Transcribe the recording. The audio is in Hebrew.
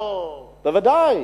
בוודאי.